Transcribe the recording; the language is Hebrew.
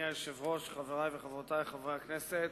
אדוני היושב-ראש, חברי וחברותי חברי הכנסת,